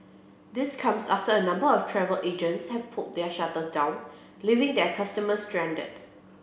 this comes after a number of travel agents have pulled their shutters down leaving their customers stranded